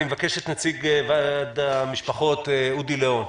אני מבקש את נציג המשפחות אודי ליאון.